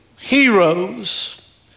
heroes